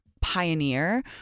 Pioneer